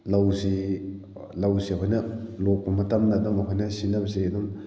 ꯂꯧꯁꯤ ꯂꯧꯁꯦ ꯑꯩꯈꯣꯏꯅ ꯂꯣꯛꯄ ꯃꯇꯝꯗ ꯑꯗꯨꯝ ꯑꯩꯈꯣꯏꯅ ꯁꯤꯖꯤꯟꯅꯕꯁꯦ ꯑꯗꯨꯝ